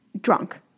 drunk